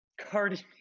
Cardi